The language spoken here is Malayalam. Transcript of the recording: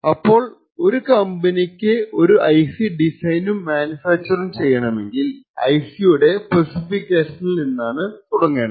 അപ്പോൾ ഒരു കമ്പനിക്ക് ഒരു IC ഡിസൈനും മാനുഫാക്ചറം ചെയ്യണമെങ്കിൽ IC യുടെ സ്പെസിഫിക്കേഷനിൽ നിന്നാണ് തുടങ്ങുന്നത്